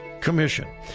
Commission